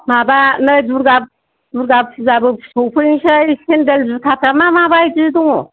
माबा नै दुर्गा दुर्गा फुजाबो सफैनोसै सेन्देल जुथाफ्रा मा बायदि दङ